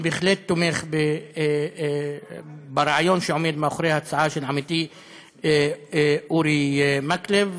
אני בהחלט תומך ברעיון שעומד מאחורי ההצעה של עמיתי אורי מקלב,